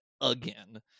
again